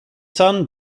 son